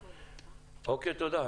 תודה.